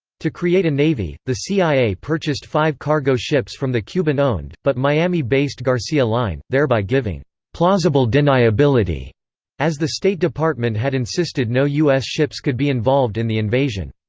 to create a navy, the cia purchased five cargo ships from the cuban-owned, but miami-based garcia line, thereby giving plausible deniability as the state department had insisted no us ships could be involved in the invasion.